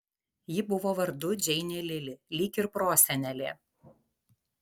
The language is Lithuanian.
ji buvo vardu džeinė lili lyg ir prosenelė